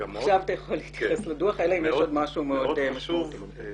עכשיו אתה יכול להתייחס לדוח אלא אם יש עוד משהו מאוד חשו ב.